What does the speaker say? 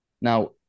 Now